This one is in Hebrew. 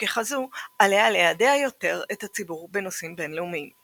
וככזו עליה לידע יותר את הציבור בנושאים בינלאומיים.